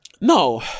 No